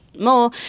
more